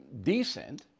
decent